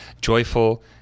joyful